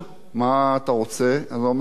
אז הוא אומר לי: תשמע, על התקופה הראשונה,